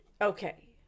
Okay